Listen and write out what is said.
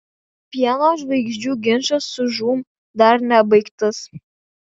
pieno žvaigždžių ginčas su žūm dar nebaigtas